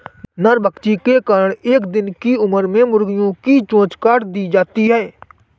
नरभक्षण के कारण एक दिन की उम्र में मुर्गियां की चोंच काट दी जाती हैं